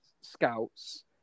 scouts